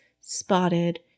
Spotted